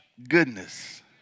goodness